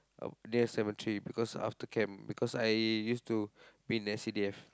uh near cemetery because after camp because I used to be in S_C_D_F